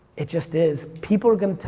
it just is. people are gonna,